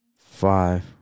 five